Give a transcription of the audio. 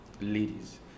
ladies